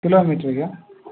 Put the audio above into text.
ಕಿಲೋಮೀಟ್ರಿಗೆ